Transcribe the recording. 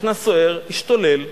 נכנס סוהר, השתולל,